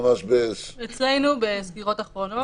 אצלנו בסגירות אחרונות.